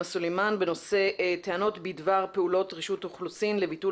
סלימאן בנושא טענות בדבר פעולות רשות האוכלוסין לביטול